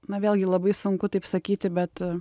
na vėlgi labai sunku taip sakyti bet